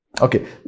okay